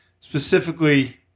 specifically